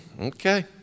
Okay